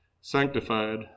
sanctified